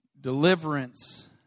Deliverance